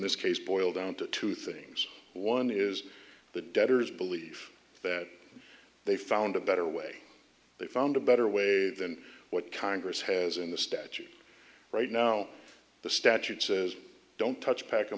this case boil down to two things one is the debtors believe that they found a better way they found a better way than what congress has in the statute right now the statute says don't touch pac